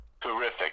terrific